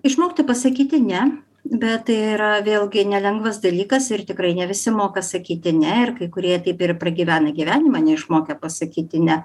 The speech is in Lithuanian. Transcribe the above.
išmokti pasakyti ne bet tai yra vėlgi nelengvas dalykas ir tikrai ne visi moka sakyti ne ir kai kurie taip ir pragyvena gyvenimą neišmokę pasakyti ne